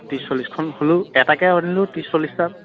ত্ৰিছ চল্লিছখন হ'লেও এটাকে আনিলেও ত্ৰিছ চল্লিছটা